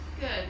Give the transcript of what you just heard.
Good